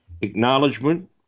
acknowledgement